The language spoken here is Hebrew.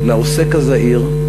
לעוסק הזעיר,